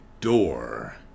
door